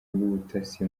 rw’ubutasi